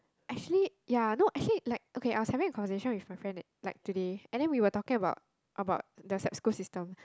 actually ya no actually like okay I was having a conversation with my friend that like today and then we were talking about about the sap school system